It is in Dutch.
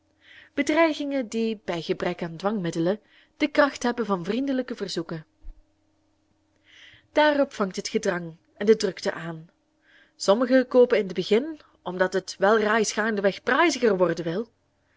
bedreigingen die bij gebrek aan dwangmiddelen de kracht hebben van vriendelijke verzoeken daarop vangt het gedrang en de drukte aan sommigen koopen in t begin omdat het wel rais gaandeweg praiziger worden wil